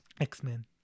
X-Men